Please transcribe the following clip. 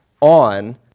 on